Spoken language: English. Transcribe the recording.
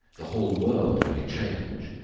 the whole world may change,